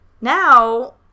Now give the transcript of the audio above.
now